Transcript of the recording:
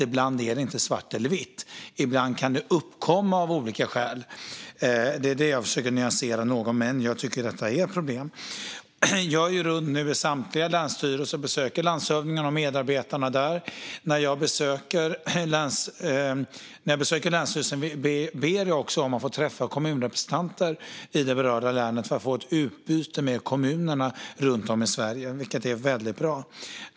Ibland är det inte svart eller vitt. Det är något som kan uppkomma av olika skäl - det är detta jag försöker att nyansera. Men jag tycker att det är ett problem. Jag besöker samtliga länsstyrelser och landshövdingarna och medarbetarna där. När jag besöker dem ber jag att få träffa kommunrepresentanter i det berörda länet för att få ett utbyte med kommunerna runt om i Sverige, vilket är väldigt bra.